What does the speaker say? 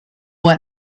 what